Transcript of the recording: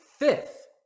Fifth